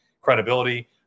credibility